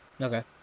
okay